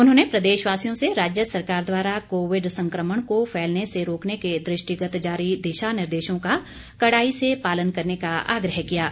उन्होंने प्रदेशवासियों से राज्य सरकार द्वारा कोविड संकमण को फैलने से रोकने के दृष्टिगत जारी दिशा निर्देशों का कड़ाई से पालन करने का आग्रह किया है